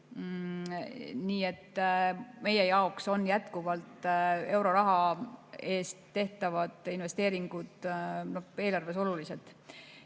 Nii et meie jaoks on jätkuvalt euroraha eest tehtavad investeeringud eelarves olulised. Kuidas